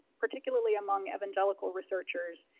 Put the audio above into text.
particularly, among evangelical researchers,